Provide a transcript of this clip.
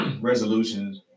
resolutions